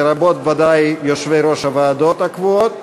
לרבות, ודאי, יושבי-ראש הוועדות הקבועות.